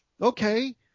okay